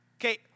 Okay